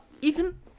ethan